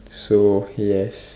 so yes